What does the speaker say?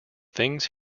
things